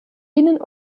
innen